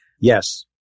yes